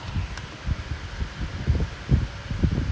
five பண்றோமா:pandromaa I mean one hour five minutes பண்றோமா:pandromaa